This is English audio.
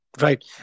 Right